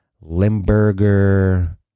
Limburger